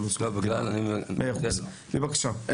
בבקשה.